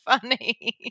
funny